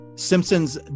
simpsons